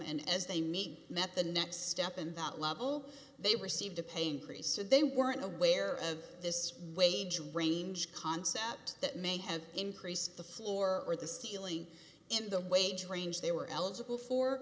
and as they meet met the next step and that level they received a pain free so they weren't aware of this wage range concept that may have increased the floor or the ceiling in the wage range they were eligible for